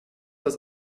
das